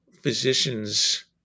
physicians